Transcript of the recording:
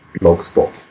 Blogspot